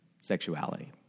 sexuality